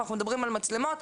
אנחנו מדברים על מצלמות,